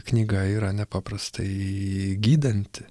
knyga yra nepaprastai gydanti